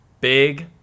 Big